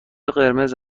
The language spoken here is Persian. قرمز